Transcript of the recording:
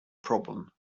problem